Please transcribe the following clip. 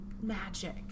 magic